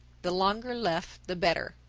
the longer left the better.